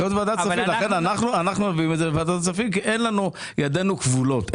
לכן אנחנו מביאים את זה לוועדת כספים כי ידינו כבולות.